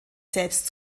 selbst